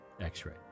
x-ray